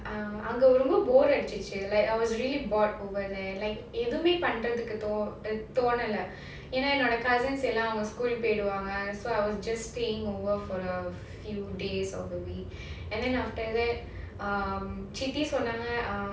அங்க ரொம்ப கொஞ்சம்:anga romba konjam bore அடிச்சிருச்சு:adhichiruku like I was really bored over there like எதுவுமே பண்றதுக்கு தோணல:edhuvumae pandrathukku thonala so I was just staying over for a few days of the week and then after that என்னோட:ennoda cousins லாம்:laam school லுக்கு போய்டுவாங்க:luku poiduvaanga